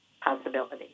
possibility